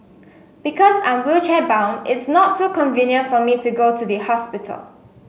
because I'm wheelchair bound it's not so convenient for me to go to the hospital